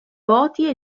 voti